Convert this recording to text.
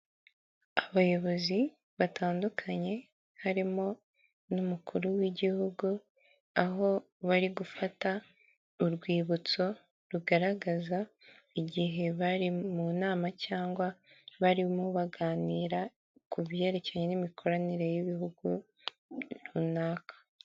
Abayobozi batandukanye harimo n'umukuru w'igihugu aho bari gufata urwibutso rugaragaza igihe bari mu nama cyangwa barimo baganira ku byerekeranye n'imikoranire y'ibihugu runaka.